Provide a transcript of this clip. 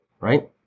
right